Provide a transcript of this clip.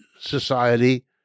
society